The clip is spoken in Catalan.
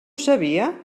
sabia